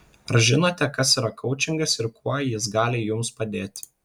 ar žinote kas yra koučingas ir kuo jis gali jums padėti